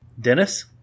Dennis